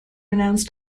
announced